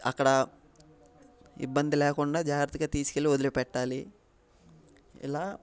అక్కడ ఇబ్బంది లేకుండా జాగ్రత్తగా తీసుకెళ్ళి వదిలిపెట్టాలి ఇలా